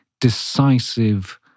decisive